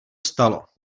stalo